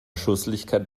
schusseligkeit